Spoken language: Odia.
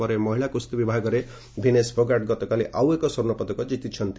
ପରେ ମହିଳା କୁସ୍ତି ବିଭାଗରେ ଭିନେସ୍ ଫୋଗାଟ୍ ଗତକାଲି ଆଉ ଏକ ସ୍ୱର୍ଷ୍ଣପଦକ ଜିତିଛନ୍ତି